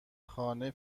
خانه